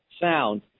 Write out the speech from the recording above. sound